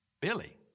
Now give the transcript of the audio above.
Billy